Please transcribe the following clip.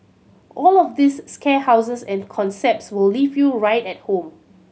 all of these scare houses and concepts will leave you right at home